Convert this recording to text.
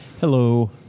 Hello